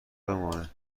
بمانه